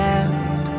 end